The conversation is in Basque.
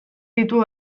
ditu